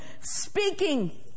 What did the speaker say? speaking